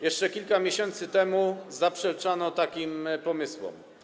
Jeszcze kilka miesięcy temu zaprzeczano takim pomysłom.